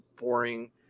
boring